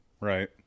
Right